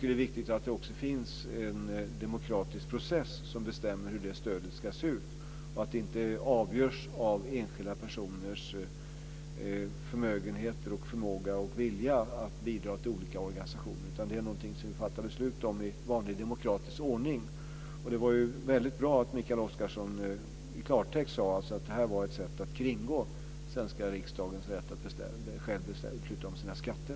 Det är viktigt att det också finns en demokratisk process, som bestämmer hur det stödet ska se ut och att det inte avgörs av enskilda personers förmögenheter, förmåga och vilja att bidra till olika organisationer. Det är någonting som vi fattar beslut om i vanlig demokratisk ordning. Det var väldigt bra att Mikael Oscarsson i klartext sade att det här var ett sätt att kringgå svenska riksdagens rätt att själv besluta om sina skatter.